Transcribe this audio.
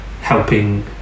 helping